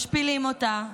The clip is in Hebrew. משפילים אותה,